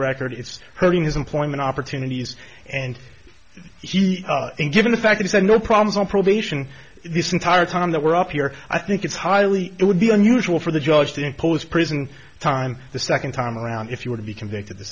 record it's hurting his employment opportunities and he's given the fact he said no problems on probation this entire time that we're up here i think it's highly it would be unusual for the judge to impose prison time the second time around if you were to be convicted the